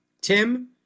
Tim